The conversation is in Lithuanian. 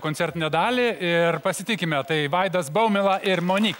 koncertinę dalį ir pasitikime tai vaidas baumila ir monik